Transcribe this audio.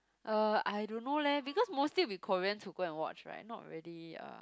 uh I don't know leh because mostly it will be Koreans who go and watch right not really uh